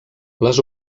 les